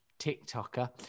TikToker